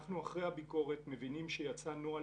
אחרי הביקורת אנחנו מבינים שיצא נוהל